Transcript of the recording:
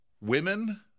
women